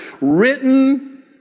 written